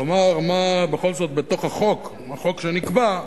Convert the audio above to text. לומר מה בכל זאת, בתוך החוק, החוק שנקבע,